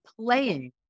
playing